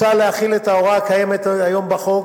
מוצע להחיל את ההוראה הקיימת היום בחוק